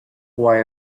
why